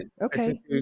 Okay